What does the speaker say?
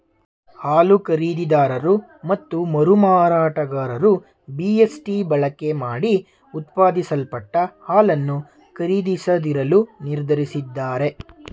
ಹಾಲು ಖರೀದಿದಾರರು ಮತ್ತು ಮರುಮಾರಾಟಗಾರರು ಬಿ.ಎಸ್.ಟಿ ಬಳಕೆಮಾಡಿ ಉತ್ಪಾದಿಸಲ್ಪಟ್ಟ ಹಾಲನ್ನು ಖರೀದಿಸದಿರಲು ನಿರ್ಧರಿಸಿದ್ದಾರೆ